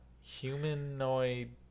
humanoid